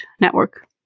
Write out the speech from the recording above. network